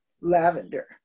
lavender